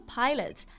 pilots